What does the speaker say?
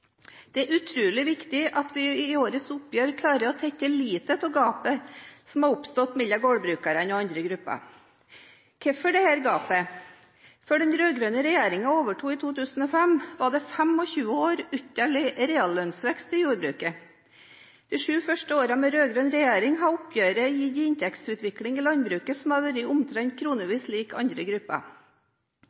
Det er utrolig viktig at vi i årets oppgjør klarer å tette litt av gapet som har oppstått mellom gårdbrukerne og andre grupper. Hvorfor er det et slikt gap? Før den rød-grønne regjeringen overtok i 2005, gikk det 25 år uten reallønnsvekst i jordbruket. I løpet av de sju første årene med rød-grønn regjering har oppgjøret gitt en inntektsutvikling i landbruket som i kroner har vært omtrent lik andre grupper.